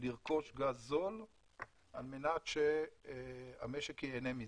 לרכוש גז זול על מנת שהמשק ייהנה מזה.